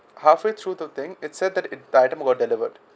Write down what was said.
halfway through the thing it said that it got delivered